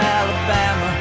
Alabama